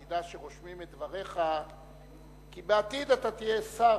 תדע שרושמים את דבריך כי בעתיד תהיה שר,